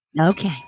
Okay